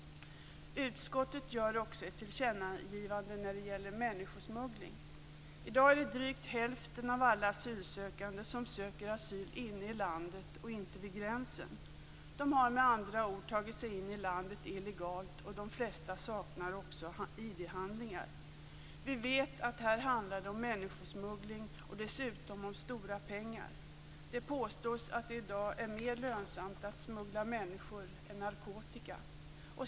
Utskottet gör också ett tillkännagivande när det gäller människosmuggling. I dag söker drygt hälften av alla asylsökande asyl inne i landet och inte vid gränsen. De har alltså tagit sig in i landet illegalt, och de flesta saknar också ID-handlingar. Vi vet att det här handlar om människosmuggling och dessutom om stora pengar. Det påstås att det i dag är mer lönsamt att smuggla människor än narkotika.